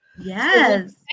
Yes